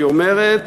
היא אומרת